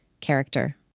character